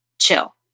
chill